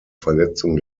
verletzung